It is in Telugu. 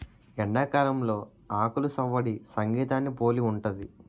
ఎండాకాలంలో ఆకులు సవ్వడి సంగీతాన్ని పోలి ఉంటది